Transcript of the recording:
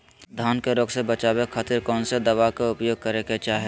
धान के रोग से बचावे खातिर कौन दवा के उपयोग करें कि चाहे?